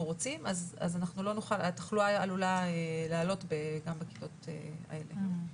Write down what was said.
רוצים אז התחלואה עלולה לעלות גם בכיתות האלה.